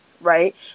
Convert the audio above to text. right